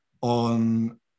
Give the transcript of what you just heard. on